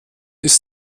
ist